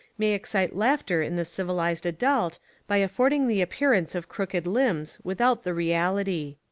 may excite laughter in the civilised adult by affording the appearance of crooked limbs without the reality.